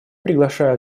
приглашаю